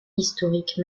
historiques